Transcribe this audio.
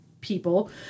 people